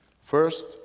First